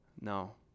no